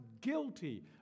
guilty